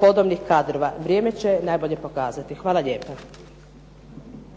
podobnih kadrova? Vrijeme će najbolje pokazati. Hvala lijepa.